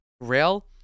rail